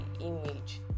image